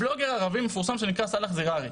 בלוגר ערבי מפורסם שנקרא סלאח זירארי,